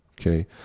okay